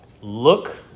Look